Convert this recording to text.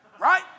right